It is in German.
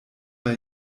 bei